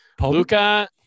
Luca